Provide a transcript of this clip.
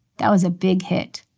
that was a big hit.